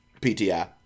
PTI